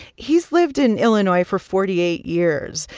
he's lived in illinois for forty eight years.